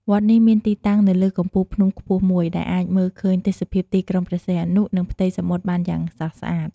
វត្តនេះមានទីតាំងនៅលើកំពូលភ្នំខ្ពស់មួយ ដែលអាចមើលឃើញទេសភាពទីក្រុងព្រះសីហនុ និងផ្ទៃសមុទ្របានយ៉ាងស្រស់ស្អាត។